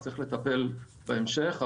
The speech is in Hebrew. צריך לטפל בהמשך,